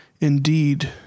indeed